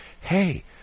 hey